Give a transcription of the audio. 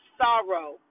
sorrow